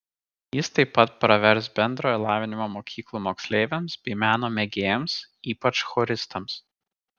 jis taip pat pravers bendrojo lavinimo mokyklų moksleiviams bei meno mėgėjams ypač choristams